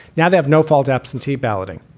now, they have no fault. absentee balloting,